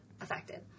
affected